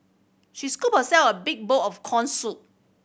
she scooped herself a big bowl of corn soup